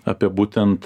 apie būtent